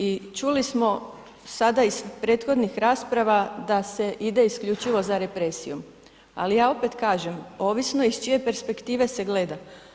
I čuli smo sada iz prethodnih rasprava da se ide isključivo za represijom, ali ja opet kažem, ovisno iz čije se perspektive se gleda.